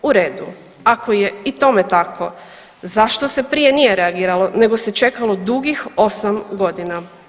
U redu, ako je i tome tako zašto se prije nije reagiralo, nego se čekalo dugih osam godina.